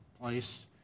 place